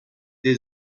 des